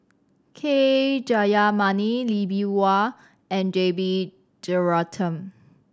K Jayamani Lee Bee Wah and J B Jeyaretnam